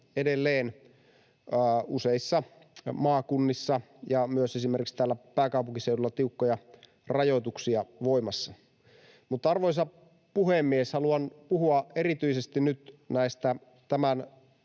edelleen useissa maakunnissa ja myös esimerkiksi täällä pääkaupunkiseudulla tiukkoja rajoituksia voimassa. Arvoisa puhemies! Haluan puhua erityisesti nyt näistä tämän